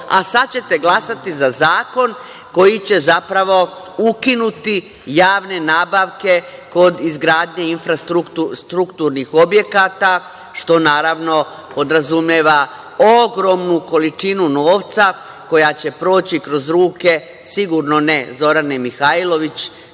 a sada ćete glasati za zakon koji će, zapravo, ukinuti javne nabavke kod izgradnje infrastrukturnih objekata, što naravno podrazumeva ogromnu količinu novca koja će proći kroz ruke, sigurno ne Zorane Mihajlović,